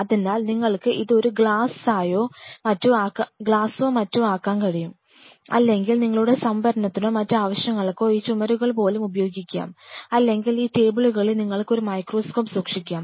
അതിനാൽ നിങ്ങൾക്ക് ഇത് ഒരു ഗ്ലാസോ മറ്റോ ആക്കാൻ കഴിയും അല്ലെങ്കിൽ നിങ്ങളുടെ സംഭരണത്തിനോ മറ്റ് ആവശ്യങ്ങൾക്കോ ഈ ചുമരുകൾ പോലും ഉപയോഗിക്കാം അല്ലെങ്കിൽ ഈ ടേബിളുകളിൽ നിങ്ങൾക്ക് ഒരു മൈക്രോസ്കോപ്പ് സൂക്ഷിക്കാം